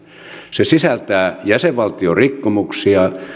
se sisältää jäsenvaltiorikkomuksia